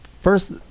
first